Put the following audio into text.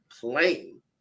playing